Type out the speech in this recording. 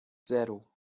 zero